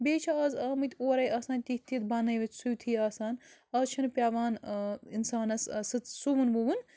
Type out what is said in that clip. بیٚیہِ چھُ آز آمٕتۍ اورے آسان تِتھ تِتھ بنٲوِتھ سُیتھٕے آسان آز چھُنہٕ پٮ۪وان اِنسانس سٕژ سُوُن وُون